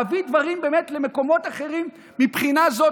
להביא דברים באמת למקומות אחרים מבחינה זאת,